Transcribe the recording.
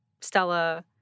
Stella